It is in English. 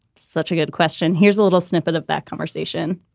such a good question. here's a little snippet of that conversation.